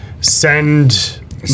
send